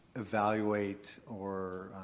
evaluate or